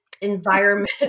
environment